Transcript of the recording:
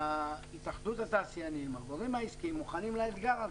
שהתאחדות התעשייניפ והגורמים העסקיים מוכנים לאתגר הזה,